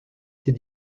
ses